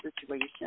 situation